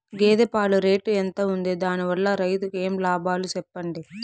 గేదె పాలు రేటు ఎంత వుంది? దాని వల్ల రైతుకు ఏమేం లాభాలు సెప్పండి?